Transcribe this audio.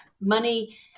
money